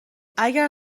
اگر